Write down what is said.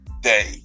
day